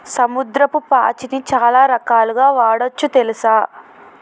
సముద్రపు పాచిని చాలా రకాలుగ వాడొచ్చు తెల్సా